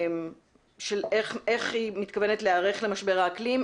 של איך היא מתכוונת להיערך למשבר האקלים.